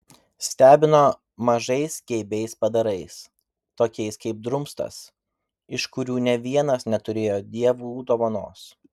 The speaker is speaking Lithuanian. stebino mažais geibiais padarais tokiais kaip drumstas iš kurių nė vienas neturėjo dievų dovanos